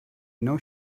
know